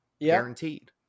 Guaranteed